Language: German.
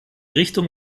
richtung